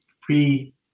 pre